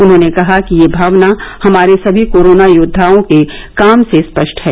उन्होंने कहा कि यह भावना हमारे सभी कोरोना योद्वाओं के काम से स्पष्ट है